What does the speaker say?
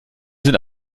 sind